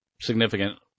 significant